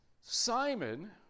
Simon